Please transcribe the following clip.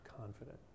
confident